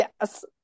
yes